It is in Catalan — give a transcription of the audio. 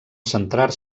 centrar